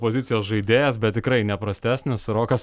pozicijos žaidėjas bet tikrai neprastesnis rokas